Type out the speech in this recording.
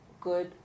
good